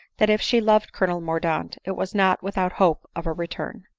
that if she loved colonel mordaunt, it was not without hope of a return.